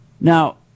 Now